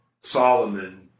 Solomon